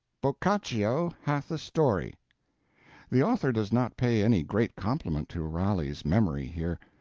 boccaccio hath a story the author does not pay any great compliment to raleigh's memory here.